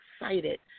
excited